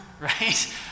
right